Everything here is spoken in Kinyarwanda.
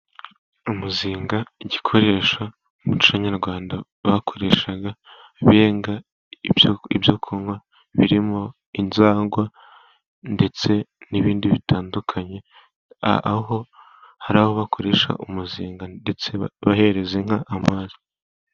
Umuzinga igikoresho mu muco nyarwanda bakoreshaga benga ibyo kunywa, birimo inzangwa ndetse n'ibindi bitandukanye. Aho hari aho bakoresha umuzinga ndetse bahereza inka amazi.